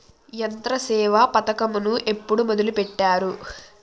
యంత్రసేవ పథకమును ఎప్పుడు మొదలెట్టారు?